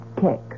kick